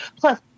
Plus